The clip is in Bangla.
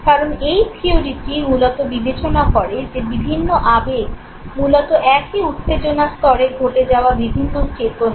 কারণ এই থিয়োরিটি মূলত বিবেচনা করে যে বিভিন্ন আবেগ মূলত একই উত্তেজনা স্তরে ঘটে যাওয়া বিভিন্ন চেতনা